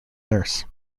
nurse